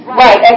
right